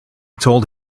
told